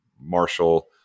Marshall